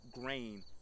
grain